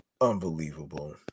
Unbelievable